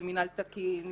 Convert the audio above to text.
של מינהל תקין,